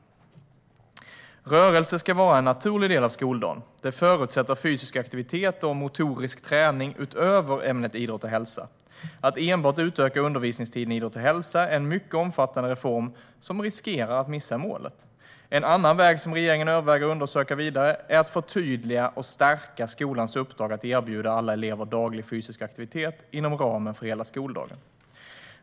Rörelse ska vara en naturlig del av skoldagen. Detta förutsätter fysisk aktivitet och motorisk träning utöver ämnet idrott och hälsa. Att enbart utöka undervisningstiden i idrott och hälsa är en mycket omfattande reform som riskerar att missa målet. En annan väg som regeringen överväger att undersöka vidare är att förtydliga och stärka skolans uppdrag att erbjuda alla elever daglig fysisk aktivitet inom ramen för hela skoldagen.